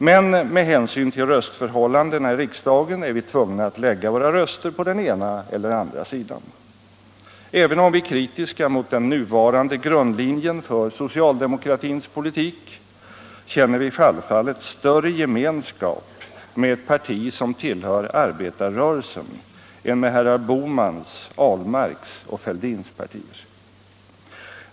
Men med hänsyn till röstförhållandena i riksdagen är vi tvungna att lägga våra röster på den ena eller andra sidan. Även om vi är kritiska mot den nuvarande grundlinjen för socialdemokratins politik känner vi självfallet större gemenskap med ett parti som tillhör arbetarrörelsen än med herrar Bohmans, Ahlmarks och Fälldins partier.